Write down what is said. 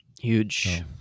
Huge